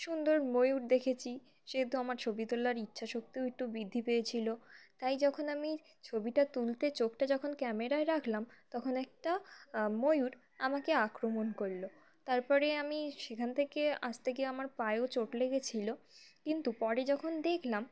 সুন্দর ময়ূর দেখেছি সেহেতু আমার ছবি তোলার ইচ্ছাশক্তিও একটু বৃদ্ধি পেয়েছিল তাই যখন আমি ছবিটা তুলতে চোখটা যখন ক্যামেরায় রাখলাম তখন একটা ময়ূর আমাকে আক্রমণ করলো তারপরে আমি সেখান থেকে আসতে গিয়ে আমার পায়েও চোট লেগেছিলো কিন্তু পরে যখন দেখলাম